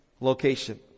location